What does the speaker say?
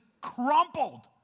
crumpled